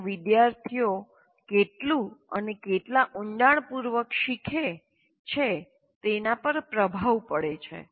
તેનો વિદ્યાર્થીઓ કેટલું અને કેટલાં ઉંડાણપૂર્વક શીખે છે તેના પર પ્રભાવ પડે છે